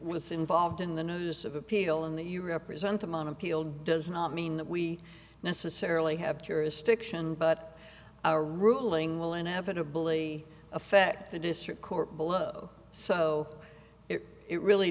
was involved in the notice of appeal and you represent them on appeal does not mean that we necessarily have jurisdiction but a ruling will inevitably affect the district court below so it really